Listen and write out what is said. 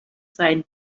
seinen